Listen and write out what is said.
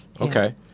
Okay